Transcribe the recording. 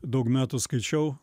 daug metų skaičiau